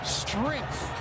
strength